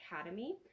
academy